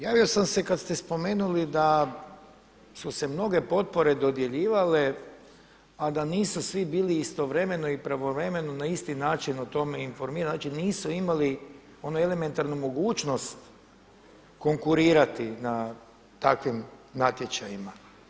Javio sam se kada ste spomenuli da su se mnoge potpore dodjeljivale da nisu svi bili istovremeno i pravovremeno na isti način o tome informirani, znači nisu imali onu elementarnu mogućnost konkurirati na takvim natječajima.